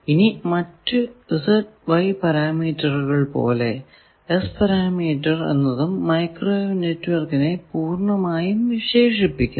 ഇനി മറ്റു ZY പരാമീറ്ററുകൾ പോലെ S പാരാമീറ്റർ എന്നതും മൈക്രോവേവ് നെറ്റ്വർക്കിനെ പൂർണമായും വിശേഷിപ്പിക്കുന്നു